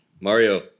Mario